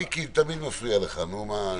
מיקי תמיד מפריע לך, מה אעשה.